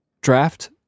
draft